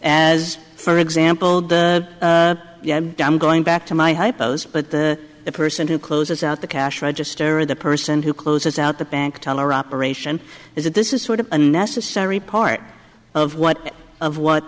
as for example the yeah i'm going back to my hypos but the person who closes out the cash register or the person who closes out the bank teller operation is that this is sort of a necessary part of what of what